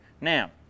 Now